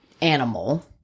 animal